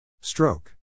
Stroke